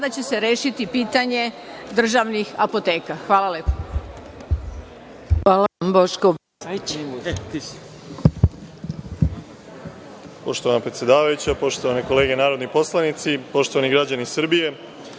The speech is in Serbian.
kada će se rešiti pitanje državnih apoteka? Hvala lepo.